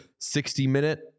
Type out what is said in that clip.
60-minute